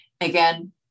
Again